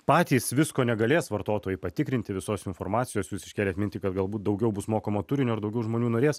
patys visko negalės vartotojai patikrinti visos informacijos jūs iškėlėt mintį kad galbūt daugiau bus mokamo turinio ir daugiau žmonių norės